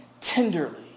tenderly